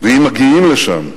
ואם מגיעים לשם,